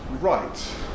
right